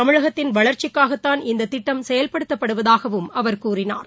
தமிழகத்தின் வளர்ச்சிக்காகத்தான் ஷட்டுமொத்த இந்த திட்டம் செயல்படுத்தப்படுவதாகவும் அவர் கூறினார்